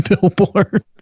billboard